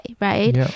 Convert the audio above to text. right